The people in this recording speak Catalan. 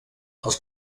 els